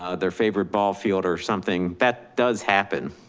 ah their favorite ball field, or something that does happen.